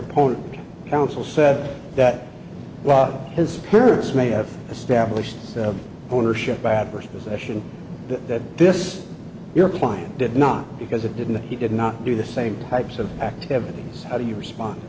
opponent council said that his parents may have established ownership by adverse possession that this your client did not because it didn't that he did not do the same types of activities how do you respond